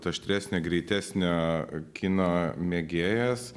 aštresnio greitesnio kino mėgėjas